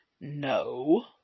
No